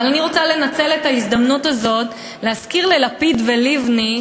אבל אני רוצה לנצל את ההזדמנות הזאת ולהזכיר ללפיד וללבני,